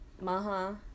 Maha